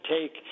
take